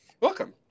Welcome